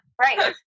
Right